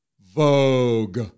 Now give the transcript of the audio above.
Vogue